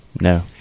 No